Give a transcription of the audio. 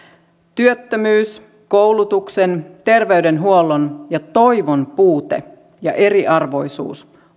työttömyys koulutuksen terveydenhuollon ja toivon puute ja eriarvoisuus